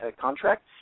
contract